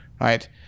right